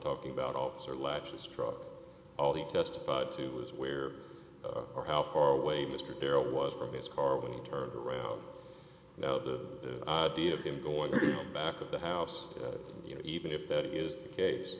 talking about officer latches truck all he testified to was where or how far away mr barrett was from his car when he turned around now the idea of him going back of the house you know even if that is the case